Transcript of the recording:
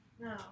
No